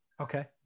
Okay